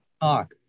talk